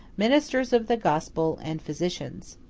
ministers of the gospel, and physicians.